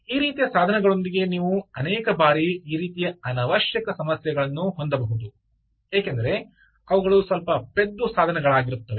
ಈ ರೀತಿಯ ಸಾಧನಗಳೊಂದಿಗೆ ನೀವು ಅನೇಕ ಬಾರಿ ಈ ರೀತಿಯ ಅನವಶ್ಯಕ ಸಮಸ್ಯೆಗಳನ್ನು ಹೊಂದಬಹುದು ಏಕೆಂದರೆ ಅವುಗಳು ಸ್ವಲ್ಪ ಪೆದ್ದು ಸಾಧನಗಳಾಗಿರುತ್ತವೆ